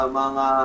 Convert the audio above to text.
mga